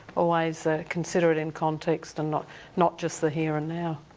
always consider it in context and not not just the here and now.